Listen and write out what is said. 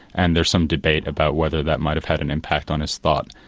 and there's some debate about whether that might have had an impact on his thought.